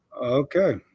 Okay